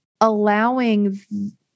allowing